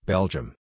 Belgium